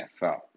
NFL